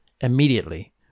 immediately